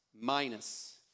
minus